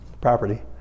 property